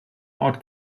ort